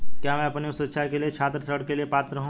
क्या मैं अपनी उच्च शिक्षा के लिए छात्र ऋण के लिए पात्र हूँ?